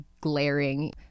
glaring